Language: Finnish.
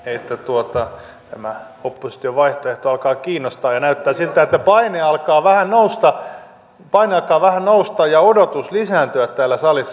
huomaan että tämä opposition vaihtoehto alkaa kiinnostaa ja näyttää siltä että paine alkaa vähän nousta ja odotus lisääntyä täällä salissa